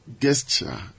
gesture